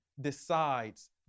decides